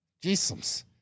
jesus